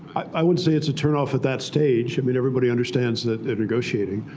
i would say it's a turnoff at that stage. i mean, everybody understands that they're negotiating.